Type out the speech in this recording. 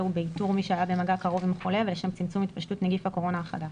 ובאיתור מי שהיה במגע קרוב עם חולה ולשם צמצום התפשטות נגיף הקורונה החדש.